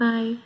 Bye